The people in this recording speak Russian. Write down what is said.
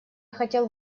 хотел